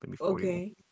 okay